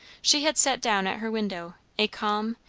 she had sat down at her window a calm,